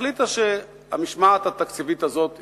החליטה שהמשמעת התקציבית הזאת הסתיימה,